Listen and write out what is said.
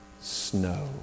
snow